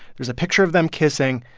there's a picture of them kissing.